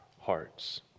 hearts